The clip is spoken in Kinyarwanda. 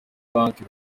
banki